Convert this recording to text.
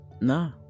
No